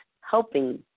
helping